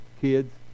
kids